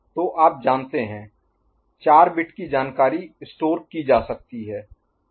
तो आप जानते हैं चार बिट की जानकारी स्टोर Store संग्रहीत की जा सकती है